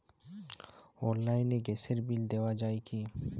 অনলাইনে গ্যাসের বিল দেওয়া যায় কি?